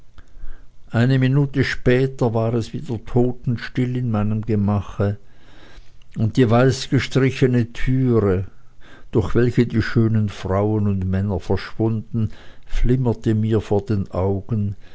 eine minute später war es wieder totenstill in meinem gemache und die weißgestrichene türe durch welche die schönen frauen und männer verschwunden flimmerte mir vor den augen